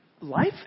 life